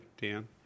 Dan